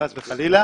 חס וחלילה.